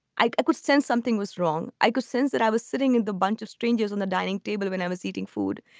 i could sense something was wrong. i could sense that i was sitting in the bunch of strangers on the dining table when i was eating food.